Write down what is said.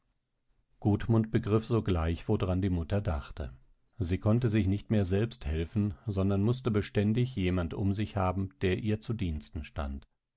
würde gudmund begriff sogleich woran die mutter dachte sie konnte sich nicht mehr selbst helfen sondern mußte beständig jemand um sich haben der ihr zu diensten stand